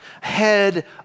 Head